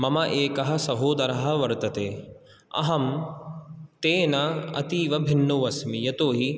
मम एकः सहोदरः वर्तते अहं तेन अतीवभिन्नः अस्मि यतो हि